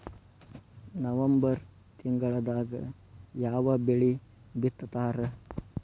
November ತಿಂಗಳದಾಗ ಯಾವ ಬೆಳಿ ಬಿತ್ತತಾರ?